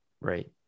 Right